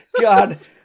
God